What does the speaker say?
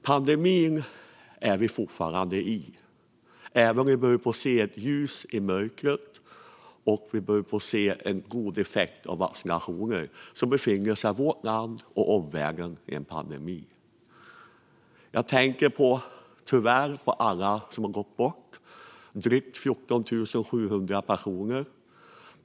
Pandemin är vi fortfarande i. Även om vi börjar se ett ljus i mörkret och en god effekt av vaccinationerna befinner sig vårt land och omvärlden i en pandemi. Jag tänker på alla som tyvärr har gått bort, drygt 14 700 personer.